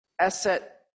asset